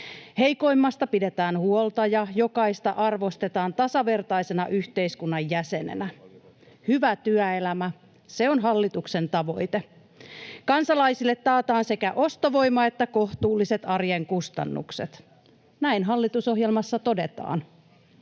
Heikoimmasta pidetään huolta ja jokaista arvostetaan tasavertaisena yhteiskunnan jäsenenä. Hyvä työelämä — se on hallituksen tavoite. Kansalaisille taataan sekä ostovoima että kohtuulliset arjen kustannukset, näin hallitusohjelmassa todetaan.